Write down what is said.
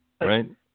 right